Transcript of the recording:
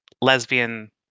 lesbian